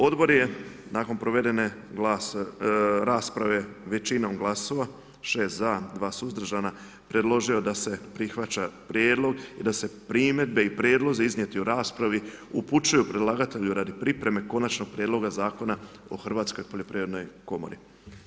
Odbor je nakon provedene rasprave većinom glasova 6 za, 2 suzdržana predložio da se prihvaća prijedlog i da se primjedbe i prijedlozi iznijeti u raspravi, upućuju predlagatelju radi pripreme konačnog prijedloga Zakona o Hrvatskoj poljoprivrednoj komori.